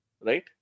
Right